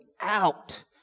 out